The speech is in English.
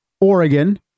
Oregon